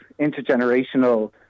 intergenerational